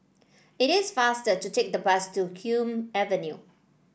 it is faster to take the bus to Hume Avenue